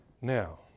Now